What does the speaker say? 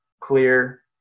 clear